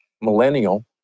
millennial